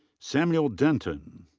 samuel denton.